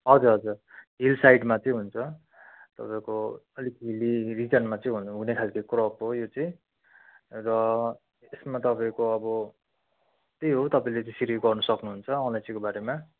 हजुर हजुर हिल साइडमा चाहिँ हुन्छ तपाईँको अलिक हिल्ली रिजनमा चाहिँ हुनु हुने खालको क्रप हो यो चाहिँ र यसमा तपाईँको अब त्यही हो तपाईँले त्यसरी गर्न सक्नुहुन्छ अलैँचीको बारेमा